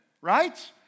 right